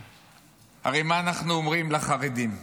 הרי מה אנחנו אומרים לחרדים?